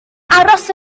aros